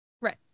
right